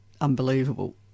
unbelievable